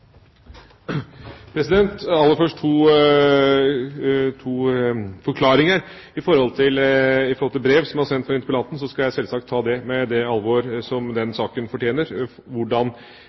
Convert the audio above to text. Aller først to forklaringer: Når det gjelder brev som er sendt fra interpellanten, så skal jeg selvsagt ta det med det alvor som denne saken fortjener. Hvordan